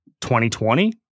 2020